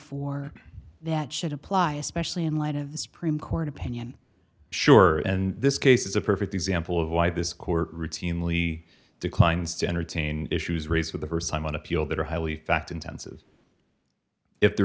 for that should apply especially in light of the supreme court opinion sure and this case is a perfect example of why this court routinely declines to entertain issues raised for the st time on appeal that are highly fact intensive if there